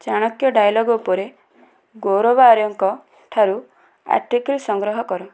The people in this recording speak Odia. ଚାଣକ୍ୟ ଡାଏଲଗ୍ ଉପରେ ଗୌରବ ଆର୍ୟାଙ୍କ ଠାରୁ ଆର୍ଟିକଲ୍ ସଂଗ୍ରହ କର